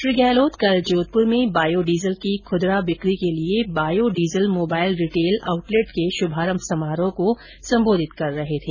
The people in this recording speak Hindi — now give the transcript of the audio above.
श्री गहलोत कल जोधपुर में बायो डीजल की खुदरा ब्रिकी के लिए bio diesel mobile retail outlet के शुभारम्भ समारोह को सम्बोधित कर रहे थे